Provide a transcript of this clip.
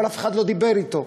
אבל אף אחד לא דיבר אתו.